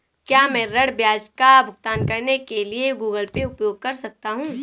क्या मैं ऋण ब्याज का भुगतान करने के लिए गूगल पे उपयोग कर सकता हूं?